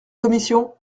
commission